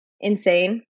insane